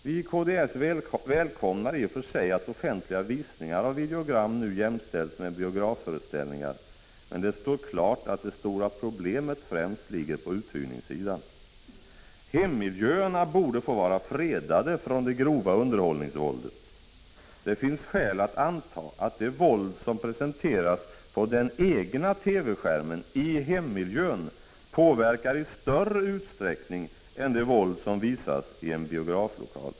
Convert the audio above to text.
Vi i kds välkomnar i och för sig att offentliga visningar av videogram nu jämställs med biografföreställningar, men det står klart att det stora problemet främst ligger på uthyrningssidan. Hemmiljöerna borde få vara fredade från det grova underhållningsvåldet. Det finns skäl att anta att det våld som presenteras på den egna TV-skärmen i hemmiljön påverkar i större utsträckning än det våld som visas i en biograflokal.